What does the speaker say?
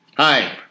Hi